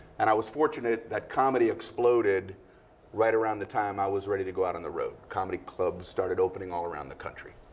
and i was fortunate that comedy exploded right around the time i was ready to go out on the road. comedy clubs started opening all around the country.